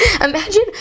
imagine